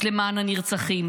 אז למען הנרצחים,